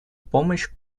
помощь